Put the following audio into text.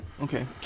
Okay